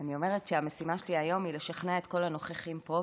אני אומרת שהמשימה שלי היום היא לשכנע את כל הנוכחים פה,